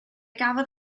gafodd